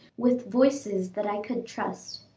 with voices that i could trust.